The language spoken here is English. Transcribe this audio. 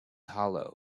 hollow